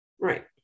Right